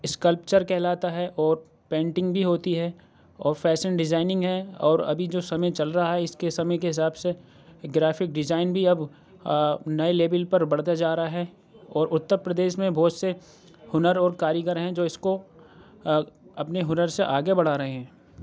sculpture کہلاتا ہے اور پینٹنگ بھی ہوتی ہے اور فیسن ڈیزائننگ ہے اور ابھی جو سمعے چل رہا ہے اِس کے سمعے کے حساب سے گرافک ڈیزائن بھی اب نئے لیبل پر بڑھتا جا رہا ہے اور اتّر پردیش میں بہت سے ہُنر اور کاریگر ہیں جو اِس کو اپنے ہُنر سے آگے بڑھا رہے ہیں